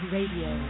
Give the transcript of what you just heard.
Radio